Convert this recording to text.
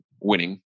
winning